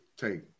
take